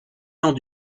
dans